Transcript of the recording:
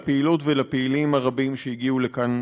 לפעילות ולפעילים הרבים שהגיעו לכאן,